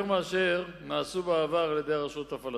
יותר מאשר נעשו בעבר על-ידי הרשות הפלסטינית.